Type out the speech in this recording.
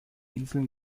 inseln